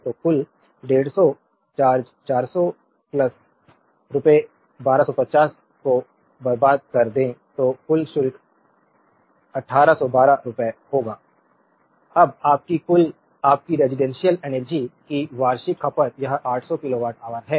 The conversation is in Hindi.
तो कुल 150 चार्ज 400 रुपये 1250 को बर्बाद कर दें तो कुल शुल्क 1812 रुपये होगा अब आपकी कुल आपकी रेजिडेंशियल एनर्जी की वार्षिक खपत यह 800 किलोवाट ऑवर है